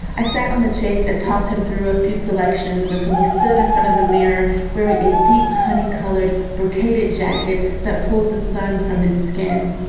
i sat on the chase and talked him through a few selections until he stood in front of the mirror, wearing a deep, honey colored brocaded jacket that pulled the son from his skin.